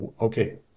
Okay